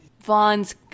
Vaughn's